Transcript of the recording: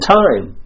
time